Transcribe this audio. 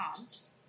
comms